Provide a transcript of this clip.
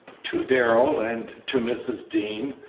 to darrell and to mrs. dean,